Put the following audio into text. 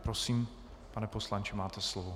Prosím, pane poslanče, máte slovo.